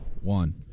one